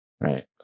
right